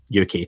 UK